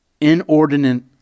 inordinate